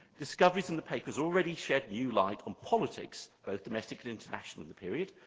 discoveries in the papers already shed new light on politics, both domestic and international in the period,